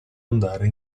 andare